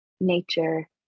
nature